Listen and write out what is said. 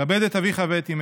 "כבד את אביך ואת אמך".